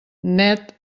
net